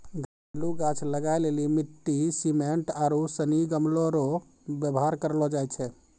घरेलू गाछ लगाय लेली मिट्टी, सिमेन्ट आरू सनी गमलो रो वेवहार करलो जाय छै